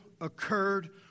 occurred